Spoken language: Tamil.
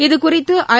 இதுகுறித்து ஐ